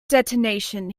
detonation